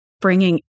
Bringing